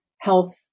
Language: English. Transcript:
Health